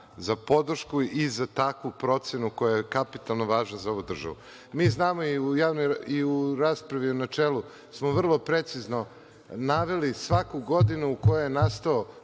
za podršku i za takvu procenu koja je kapitalno važna za ovu državu. Mi znamo i u raspravi u načelu, smo vrlo precizno naveli svaku godinu u kojoj je nastao